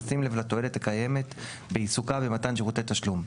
בשים לב לתועלת הקיימת בעיסוקה במתן שירותי תשלום,